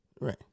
Right